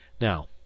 now